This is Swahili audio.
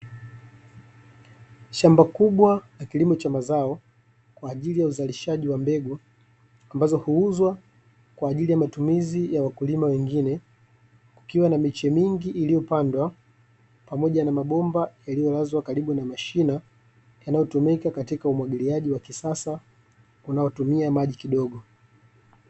Shamba kubwa la kilimo cha mazao kwaajili ya uzalishaji wa mbegu, ambazo huuzwa kwaajili ya matumizi ya wakulima wengine kukiwa na miche mingi iliyopandwa, pamoja na mabomba yaliyolazwa karibu na mashina yanayotumika katika umwagiliaji wa kisasa unaotumia maji kidogo.